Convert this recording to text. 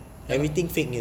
ya lah